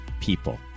people